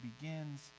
begins